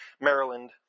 Maryland